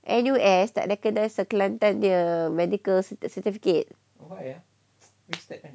N_U_S tak recognise kelantan punya medical certificate